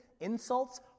insults